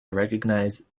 recognize